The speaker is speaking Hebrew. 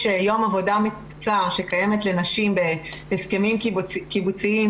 יום עבודה מקוצר שקיימת לנשים בהסכמים קיבוציים,